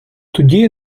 тоді